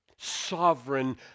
Sovereign